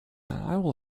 will